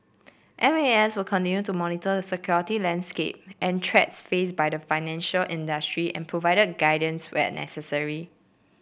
M A S will continue to monitor the security landscape and threats faced by the financial industry and provide the guidance where necessary